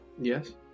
Yes